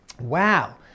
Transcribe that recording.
wow